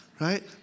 right